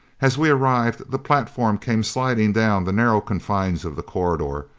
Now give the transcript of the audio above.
as we arrived, the platform came sliding down the narrow confines of the corridor,